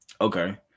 okay